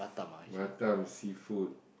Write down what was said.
Batam seafood